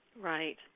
Right